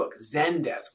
Zendesk